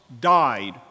died